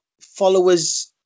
followers